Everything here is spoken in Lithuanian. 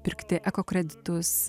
pirkti ekokreditus